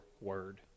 word